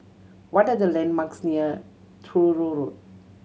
what are the landmarks near Truro Road